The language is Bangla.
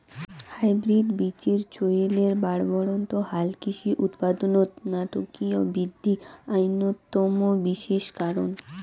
হাইব্রিড বীচির চইলের বাড়বাড়ন্ত হালকৃষি উৎপাদনত নাটকীয় বিদ্ধি অইন্যতম বিশেষ কারণ